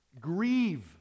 Grieve